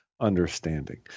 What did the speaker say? understanding